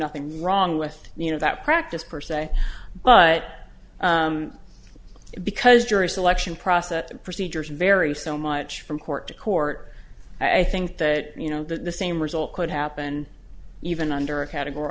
nothing wrong with you know that practice per se but because jury selection process procedures vary so much from court to court i think that you know the same result could happen even under a category